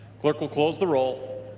clerk will close the roll.